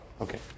Okay